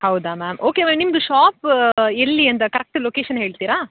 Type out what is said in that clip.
ಹೌದಾ ma'am okay ma'am ನಿಮ್ಮದು ಶಾಪ ಎಲ್ಲಿ ಅಂತ ಕರೆಕ್ಟ್ ಲೊಕೇಶನ್ ಹೇಳ್ತೀರಾ